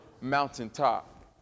mountaintop